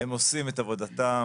הם עושים את עבודתם.